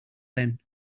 then